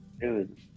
Dude